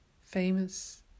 famous